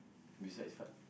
besides fun